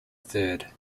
third